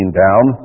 down